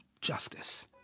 justice